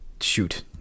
Shoot